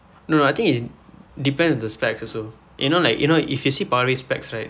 no no I think it depends on the specs also you know like you know if you see parves specs right